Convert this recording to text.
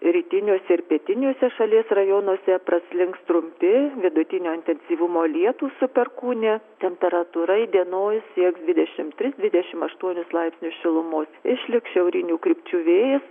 rytiniuose ir pietiniuose šalies rajonuose praslinks trumpi vidutinio intensyvumo lietūs su perkūnija temperatūra įdienojus sieks dvidešim tris dvidešim aštuonis laipsnius šilumos išliks šiaurinių krypčių vėjas